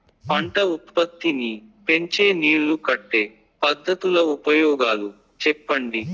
పంట ఉత్పత్తి నీ పెంచే నీళ్లు కట్టే పద్ధతుల ఉపయోగాలు చెప్పండి?